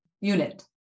unit